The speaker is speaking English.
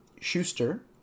Schuster